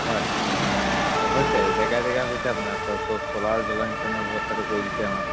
হয় অঁ হৈছে জেগা জেগা হৈছে আপোনাৰ চলাৰ জলসিঞ্চনৰ ব্যৱস্থাটো কৰি দিছে আমাৰ